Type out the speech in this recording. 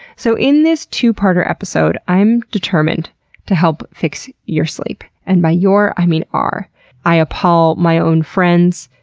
so in this two-parter episode, i am determined to help fix your sleep. and by your i mean our i appall my own friends,